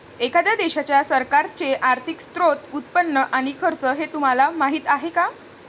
एखाद्या देशाच्या सरकारचे आर्थिक स्त्रोत, उत्पन्न आणि खर्च हे तुम्हाला माहीत आहे का